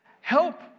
Help